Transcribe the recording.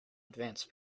advance